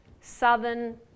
Southern